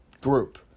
group